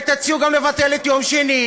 אולי תציעו גם לבטל את יום שני,